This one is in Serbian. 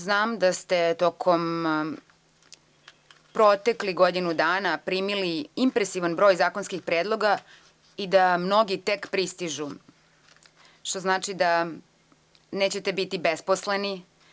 Znam da ste tokom proteklih godinu dana primili impresivan broj zakonskih predloga i da mnogi tek pristižu, što znači da nećete biti besposleni.